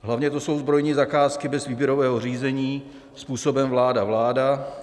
Hlavně to jsou zbrojní zakázky bez výběrového řízení způsobem vláda vláda.